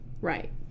right